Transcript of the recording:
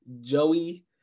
Joey